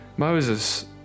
Moses